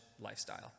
lifestyle